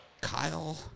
Kyle